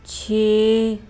ਛੇ